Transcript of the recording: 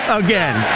again